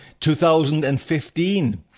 2015